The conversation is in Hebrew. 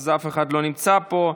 אז אף אחד לא נמצא פה.